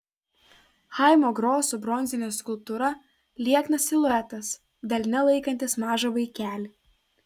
chaimo groso bronzinė skulptūra lieknas siluetas delne laikantis mažą vaikelį